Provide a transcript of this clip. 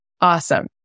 Awesome